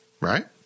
right